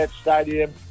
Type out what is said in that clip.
Stadium